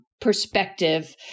perspective